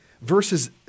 versus